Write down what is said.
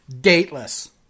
dateless